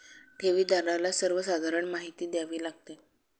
ठेवीदाराला सर्वसाधारण माहिती द्यावी लागते